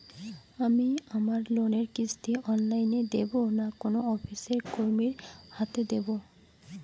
আমি আমার লোনের কিস্তি অনলাইন দেবো না কোনো অফিসের কর্মীর হাতে দেবো?